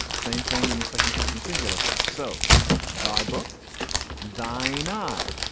same thing in the second person singular. so thy book thine eye.